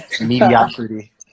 mediocrity